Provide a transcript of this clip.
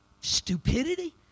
stupidity